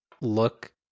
look